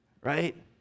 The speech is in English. right